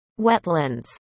wetlands